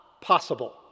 possible